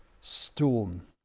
storm